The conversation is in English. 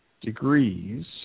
degrees